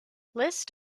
list